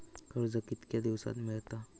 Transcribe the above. कर्ज कितक्या दिवसात मेळता?